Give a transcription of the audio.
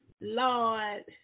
Lord